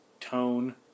tone